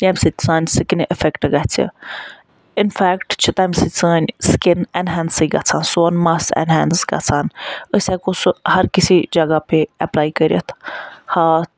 ییٚمہِ سۭتۍ سانہِ سِکنہٕ اِفیٚکٹہٕ گَژھِ اِنفیٚکٹ چھِ تَمہِ سۭتۍ سٲنۍ سِکن ایٚنہینسٕے گَژھان سون مس ایٚنہینس گَژھان أسۍ ہیٚکو سُہ ہر کِسی جگہ پہ ایٚپلاے کٔرِتھ ہاتھ